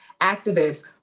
activists